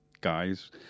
guys